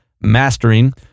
Mastering